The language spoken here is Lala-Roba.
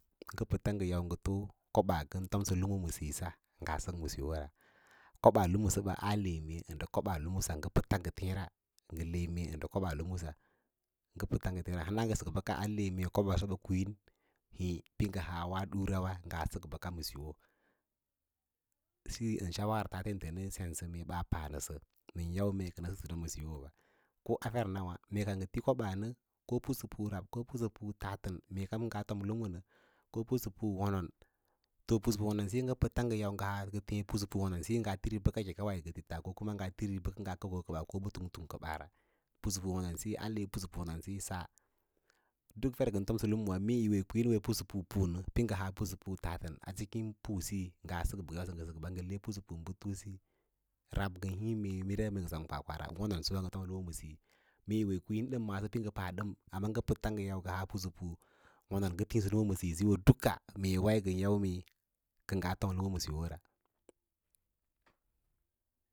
Ngə pəys yawo ngə too kobaa ngən tomsə kumu ma siyo sa ngaa sək ma siyo wara kobaa. Lumusuwa ale mee ndə kobaa lamusuwa ale mee ndə kobaa lumsa ngə teẽ ra, nga le mee ndə ko baa koɓaa lumusa, ngə pəts ngə teẽ ale mee kobaa lumu səba ɓə kwii hê pə ngə haa ua ɗura ngaa səkə bəka siyo siyo ndə shawara ka nəm sensə ɓaa panəsəwa, nən yau mee sən wo ma siyo ba ko a fer nawâ mee ka ngətí koɓaa nə ko pusapu rab ko pusapu tatən mee kam ngaa fom lumu nə ko pusapu wonon to pusapu wonon siyi ngə yau ngə têē bə ka a pusapu wonon siyi ngaa tiri bəku kə ngaa kəuba ko nga tiri bəka kə ngaa kəu ba ko nga tiri luktara pusapu wonon siyi a le sa duk fer ngən tomsə humuwa mee yi wo yi kwiin pusapu pu nə pə ngə haa pusapu tatən a ciki pə ngə haa pusapu tatən a ciki pu siyi ngaa sək bə kə ngaa sək ɓa, ngə pusapu, butu, rab ngən híí mee mīndu ngə sem, kwakwara, wonon siyo ngən fomsə lumu ma siyo mee yi wo yi maaso dən pə paɗəm amma ngə pəfa ngə haa pusapu wonon ngə tíísə lumu ma siyoware.